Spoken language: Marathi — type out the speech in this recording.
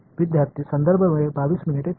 विद्यार्थी बरोबर